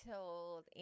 told